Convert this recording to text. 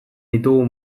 ditugu